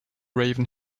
raven